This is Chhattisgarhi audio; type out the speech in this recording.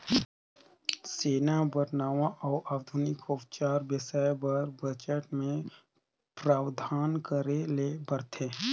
सेना बर नावां अउ आधुनिक अउजार बेसाए बर बजट मे प्रावधान करे ले परथे